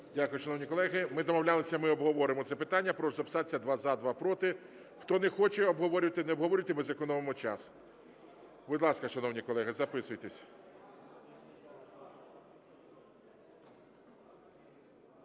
Дякую, шановні колеги. Ми домовлялися, ми обговоримо це питання. Я прошу записатися: два – за, два – проти. Хто не хоче обговорювати, не обговорюйте, ми зекономимо час. Будь ласка, шановні колеги, записуйтесь.